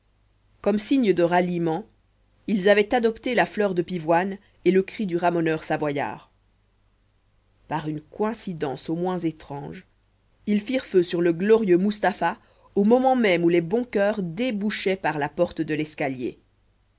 comme signe de ralliement ils avaient adopté la fleur de pivoine et le cri du ramoneur savoyard par une coïncidence au moins étrange ils firent feu sur le glorieux mustapha au moment même où les bons coeurs débouchaient par la porte de l'escalier